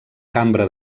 cambra